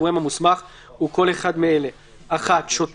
הגורם המוסמך), הוא כל אחד מאלה: (1)שוטר,